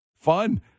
fun